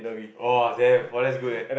oh damn !wah! that's good eh